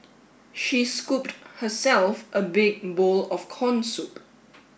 she scooped herself a big bowl of corn soup